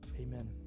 Amen